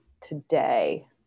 today